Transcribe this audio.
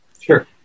Sure